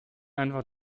einfach